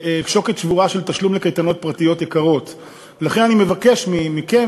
עניין של צמצום פערים ודווקא מפני שאמרנו שהמיקוד יהיה בשפה העברית,